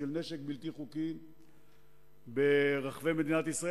של נשק בלתי חוקי ברחבי מדינת ישראל.